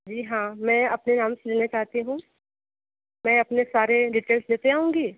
जी हाँ मैं अपने नाम से लेना चाहती हूँ मैं अपने सारे डीटेल्स लेते आऊँगी